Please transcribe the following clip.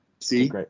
See